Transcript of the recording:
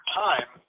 time